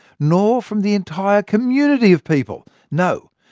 nor from the entire community of people. no,